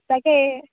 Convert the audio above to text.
তাকে